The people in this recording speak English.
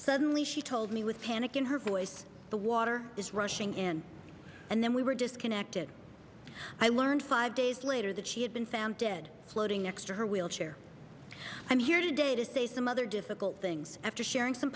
suddenly she told me with panic in her voice the water is rushing in and then we were disconnected i learned five days later that she had been found dead floating next to her wheelchair i'm here today to say some other difficult things after sharing some